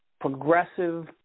progressive